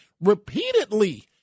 repeatedly